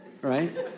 right